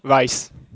rice